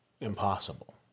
impossible